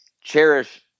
cherish